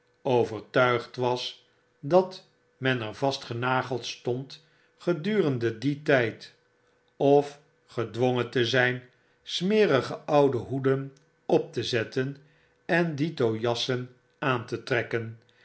overtuigd was dat men er vastgenageld stond gedurende dien tyd of gedwongen te zyn smerige oude hoeden op te zetten en dito jassen aan te trekken